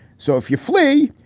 so if you flee,